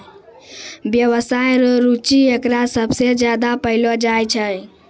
व्यवसाय रो रुचि एकरा सबसे ज्यादा पैलो जाय छै